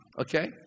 okay